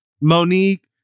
Monique